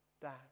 down